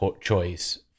choice